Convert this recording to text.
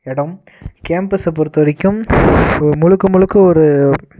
இடம் கேம்பஸை பொறுத்தவரைக்கும் முழுக்க முழுக்க ஒரு